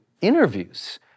interviews